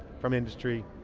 from industry,